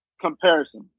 comparison